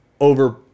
over